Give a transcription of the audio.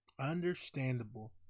understandable